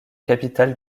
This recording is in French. capitale